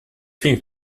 thing